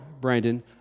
Brandon